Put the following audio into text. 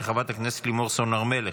של חברת הכנסת לימור סון הר מלך.